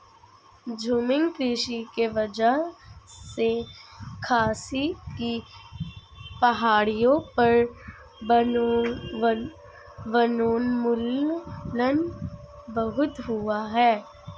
झूमिंग कृषि की वजह से खासी की पहाड़ियों पर वनोन्मूलन बहुत हुआ है